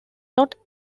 not